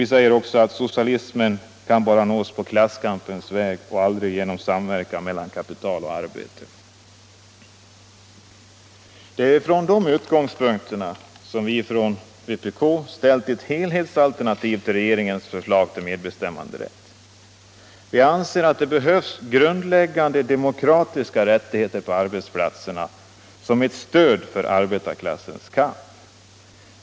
Vi säger också att socialismen bara kan nås på klasskampens väg och aldrig genom samverkan mellan kapital och arbete. Det är utifrån dessa utgångspunkter som vi från vpk har lagt fram ett helhetsalternativ till regeringens förslag om medbestämmanderätt. Vi anser att det behövs grundläggande demokratiska rättigheter på arbetsplatserna som ett stöd för arbetarklassens kamp.